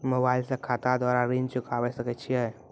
Mobile से खाता द्वारा ऋण चुकाबै सकय छियै?